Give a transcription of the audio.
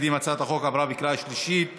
עברה בקריאה שלישית